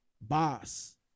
boss